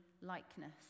likeness